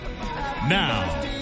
Now